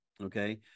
okay